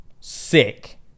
sick